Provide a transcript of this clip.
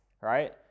right